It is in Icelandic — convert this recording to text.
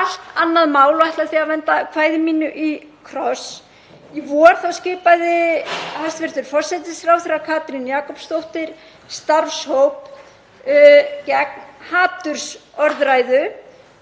allt annað mál og ætla því að venda kvæði mínu í kross. Í vor skipaði hæstv. forsætisráðherra, Katrín Jakobsdóttir, starfshóp gegn hatursorðræðu